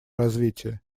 развития